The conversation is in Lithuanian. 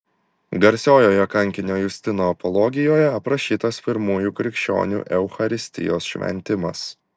garsiojoje kankinio justino apologijoje aprašytas pirmųjų krikščionių eucharistijos šventimas